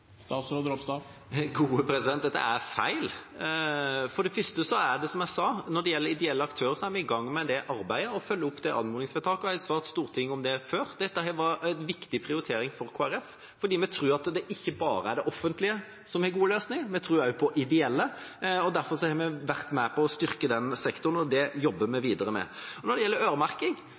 Dette er feil. For det første er det som jeg sa, at når det gjelder ideelle aktører, er vi i gang med det arbeidet og følger opp det anmodningsvedtaket. Jeg har svart Stortinget om det før. Dette var en viktig prioritering for Kristelig Folkeparti, fordi vi tror at det ikke bare er det offentlige som har gode løsninger, vi tror også på ideelle. Derfor har vi vært med på å styrke den sektoren, og det jobber vi videre med. Når det gjelder øremerking,